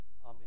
Amen